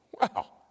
Wow